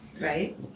right